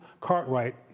Cartwright